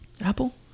Apple